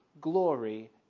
glory